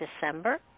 December